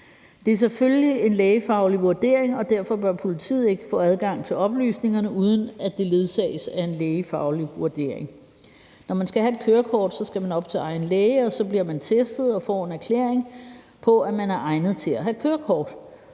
Det er selvfølgelig en lægefaglig vurdering, og derfor bør politiet ikke få adgang til oplysningerne, uden at de ledsages af en lægefaglig vurdering. Når man skal have et kørekort, skal man op til egen læge, og så bliver man testet og får en erklæring på, at man er egnet til at have kørekort.